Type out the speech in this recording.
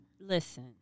Listen